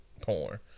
porn